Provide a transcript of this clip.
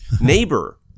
neighbor